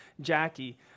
Jackie